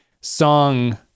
song